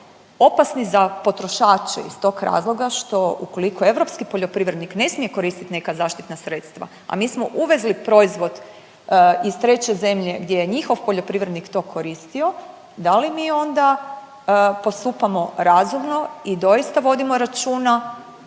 opasni za potrošače iz tog razloga što ukoliko europski poljoprivrednik ne smije koristit neka zaštitna sredstva, a mi smo uvezli proizvod iz treće zemlje gdje je njihov poljoprivrednik to koristio, da li mi onda postupamo razumno i doista vodimo računa